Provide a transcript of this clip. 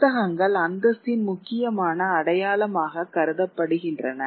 புத்தகங்கள் அந்தஸ்தின் முக்கியமான அடையாளமாக கருதப்படுகின்றன